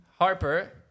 Harper